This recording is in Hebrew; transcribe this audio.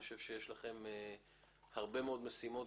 אני חושב שיש לכם הרבה מאוד משימות.